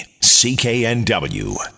CKNW